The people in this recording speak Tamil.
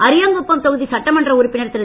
அரியாங்குப்பம் தொகுதி சட்டமன்ற உறுப்பினர் திரு